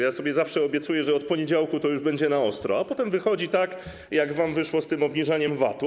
Ja sobie zawsze obiecuję, że od poniedziałku to już będzie na ostro, a potem wychodzi tak, jak wam wyszło z tym obniżaniem VAT-u.